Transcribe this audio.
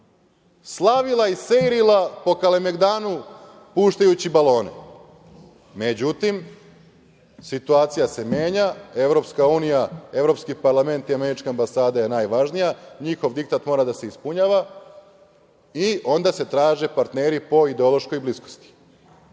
slavila i seirila po Kalemegdanu puštajući balone.Međutim, situacija se menja, Evropska unija, Evropski parlament i američka ambasada je najvažnija, njihov diktat mora da se ispunjava i onda se traže partneri po ideološkoj bliskosti.